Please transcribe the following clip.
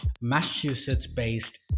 Massachusetts-based